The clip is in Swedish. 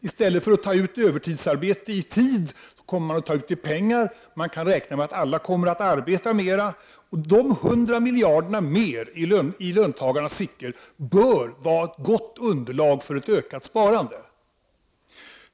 I stället för att ta ut övertiden i fritid kommer man att ta ut den i pengar. Man kan räkna med att alla kommer att arbeta mera. Dessa 100 miljarder som hamnar i löntagarnas fickor bör utgöra ett gott underlag för ett ökat sparande.